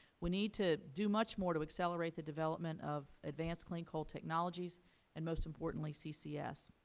we need to do much more to accelerate the development of advanced clean coal technologies and, most importantly, ccs.